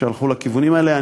שהלכו בכיוונים האלה.